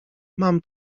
mam